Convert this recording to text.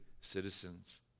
citizens